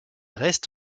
reste